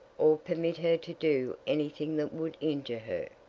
or permit her to do any thing that would injure her,